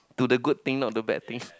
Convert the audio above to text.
to the good thing not the bad thing